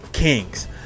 Kings